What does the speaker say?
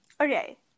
Okay